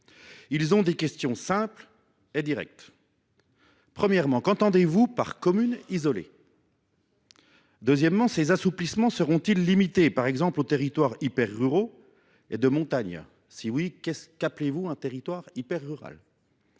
Ils ont des questions simples et directes. Qu’entendez vous par « commune isolée »? Ces assouplissements seront ils limités, par exemple aux territoires hyperruraux et de montagne ? Si oui, qu’appelez vous un territoire hyperrural ?